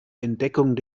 entdeckung